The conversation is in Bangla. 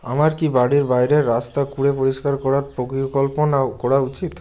আমার কি বাড়ির বাইরের রাস্তা খুঁড়ে পরিষ্কার করার পরিকল্পনাও করা উচিত